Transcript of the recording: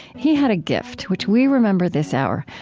he had a gift, which we remember this hour,